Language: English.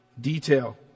detail